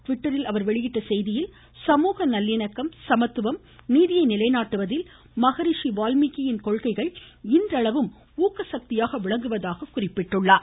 ட்விட்டரில் அவர் வெளியிட்டுள்ள செய்தியில் சமூக நல்லிணக்கம் சமத்துவம் நீதியை நிலைநாட்டுவதில் மகரிஷி வால்மீகியின் கொள்கைகள் இன்றளவும் ஊக்க சக்தியாக விளங்குவதாக குறிப்பிட்டார்